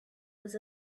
was